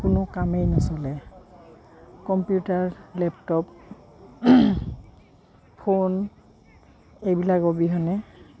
কোনো কামেই নচলে কম্পিউটাৰ লেপটপ ফোন এইবিলাক অবিহনে